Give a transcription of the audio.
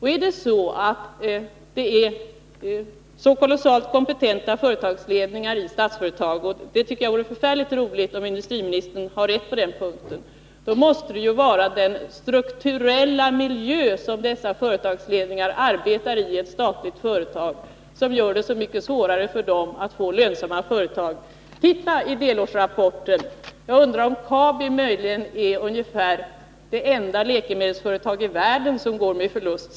Har Statsföretag så kolossalt kompetenta företagsledningar — det vore väldigt bra om industriministern hade rätt på den punkten —, måste det ju vara det statliga företagets strukturella miljö som gör det så mycket svårare att uppnå lönsamhet. Se på delårsrapporten. Jag undrar om inte AB Kabi är nästan det enda läkemedelsföretag i världen som går med förlust.